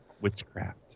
witchcraft